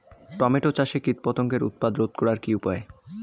Tomato চাষে কীটপতঙ্গের উৎপাত রোধ করার উপায় কী?